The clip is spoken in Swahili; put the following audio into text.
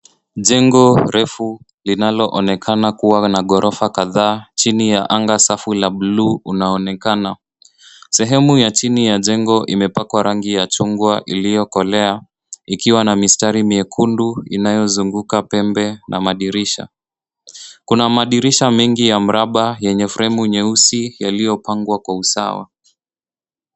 Jengo refu linaloonekana kuwa na ghorofa kadhaa chini ya anga safi la buluu unaonekana. Sehemu ya chini ya jengo imepakwa rangi ya chungwa iliyokolea ikiwa na mistari myekundu inayozunguka pembe na madirisha. Kuna madirisha mengi ya mraba yenye fremu nyeusi yaliyopangwa kwa usawa.